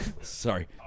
Sorry